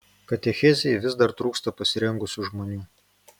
katechezei vis dar trūksta pasirengusių žmonių